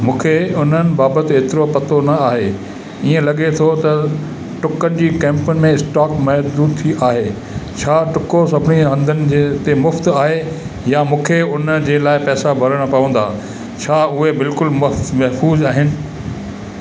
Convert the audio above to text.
मूंखे उन्हनि बाबति एतिरो पतो न आहे ईअं लॻे थो त टुकनि जी कैंपनि में स्टॉक महदूद थी आहे छा टुको सभिनी हंधनि जे ते मुफ़्त आहे या मूंखे उन जे लाइ पैसा भरिणा पवंदा छा उहे बिल्कुलु महफ़ूज आहिनि